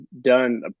done